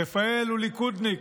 רפאל הוא ליכודניק,